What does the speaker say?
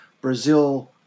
Brazil